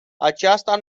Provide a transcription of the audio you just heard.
acesta